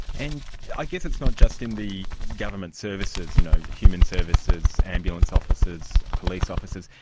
and i guess it's not just in the government services, you know, human services, ambulance officers, police officers,